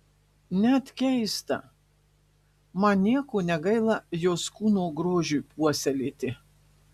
net keista man nieko negaila jos kūno grožiui puoselėti